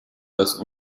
das